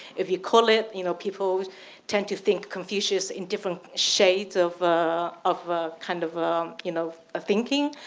if you call it, you know people tend to think confucius in different shades of of ah kind of you know ah thinking.